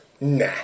Nah